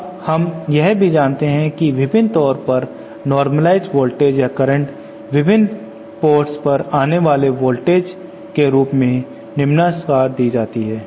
अब हम यह भी जानते हैं कि विभिन्न तौर पर नॉर्मलाईझड वोल्टेज या करंट विभिन्न पोर्ट आने वाले वोल्टेज के रूप में निम्नानुसार दी जाती है